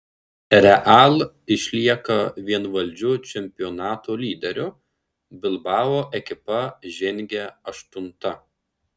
real išlieka vienvaldžiu čempionato lyderiu bilbao ekipa žengia aštunta